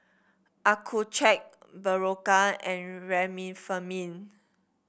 Accucheck Berocca and Remifemin